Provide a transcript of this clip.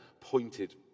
pointed